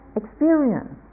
experience